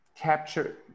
capture